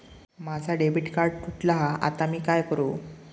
माझा debit card तुटला हा आता मी काय करू?